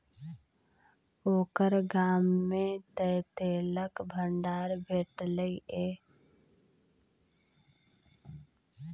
ओकर गाममे तँ तेलक भंडार भेटलनि ये